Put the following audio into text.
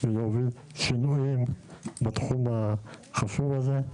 להביא שינויים בתחום החשוב הזה.